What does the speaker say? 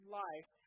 life